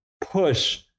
push